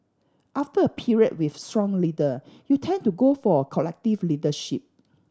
after a period with a strong leader you tend to go for a collective leadership